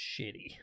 shitty